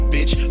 Bitch